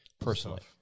personally